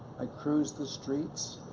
i cruised the streets,